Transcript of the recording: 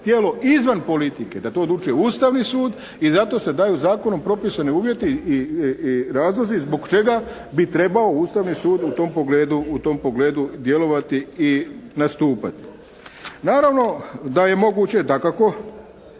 tijelo izvan politike. Da to odlučuje Ustavni sud i zato se daju zakonom propisani uvjeti i razlozi zbog čega bi trebao Ustavni sud u tom pogledu djelovati i nastupati. Naravno da je moguće dakako